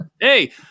Hey